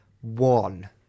one